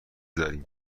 داریم